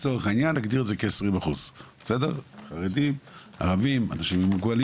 לצורך העניין נגדיר כ-20% שהם מונים מתוך האוכלוסייה,